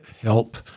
help